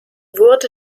wurde